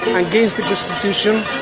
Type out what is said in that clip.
and against the constitution,